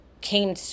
came